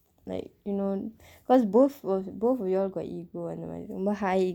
like you know cause both were both we all go ego [one] [what] ரொம்ப:rompa high